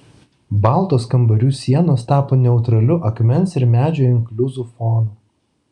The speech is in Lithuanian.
baltos kambarių sienos tapo neutraliu akmens ir medžio inkliuzų fonu